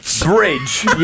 Bridge